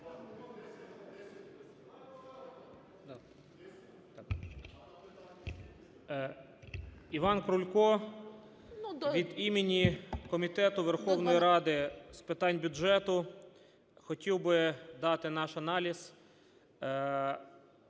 Іван Крулько. Від імені Комітету Верховної Ради з питань бюджету хотів би дати наш аналіз.